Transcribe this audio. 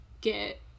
get